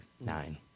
Nine